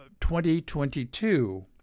2022